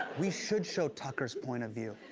we should show tucker's point of view.